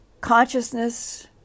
consciousness